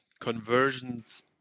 Conversions